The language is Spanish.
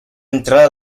entrada